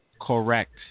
correct